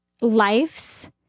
lives